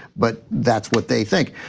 but that's what they think.